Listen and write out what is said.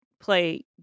play